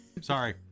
Sorry